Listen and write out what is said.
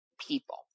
people